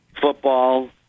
football